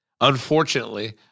Unfortunately